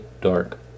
dark